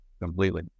completely